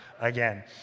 again